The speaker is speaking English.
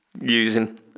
using